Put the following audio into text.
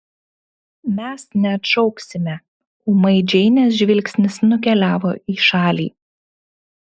mes neatšauksime ūmai džeinės žvilgsnis nukeliavo į šalį